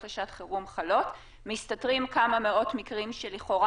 לשעת חירום חלות מסתתרים כמה מאות מקרים שלכאורה